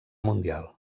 mundial